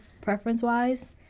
preference-wise